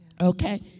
okay